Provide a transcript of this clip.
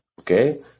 Okay